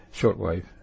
shortwave